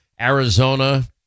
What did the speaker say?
Arizona